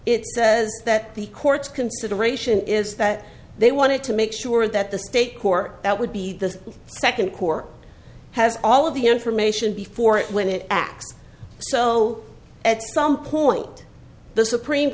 it says that the court's consideration is that they wanted to make sure that the state court that would be the second core has all of the information before it when it acts so at some point the supreme